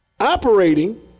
operating